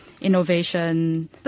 innovation